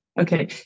Okay